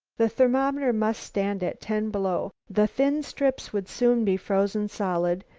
the thermometer must stand at ten below. the thin strips would soon be frozen solid.